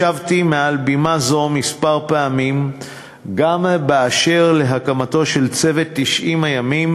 השבתי מעל בימה זו כמה פעמים על הקמתו של צוות 90 הימים